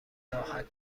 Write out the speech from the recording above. راحت